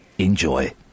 Enjoy